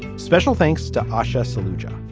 special thanks to asha solution.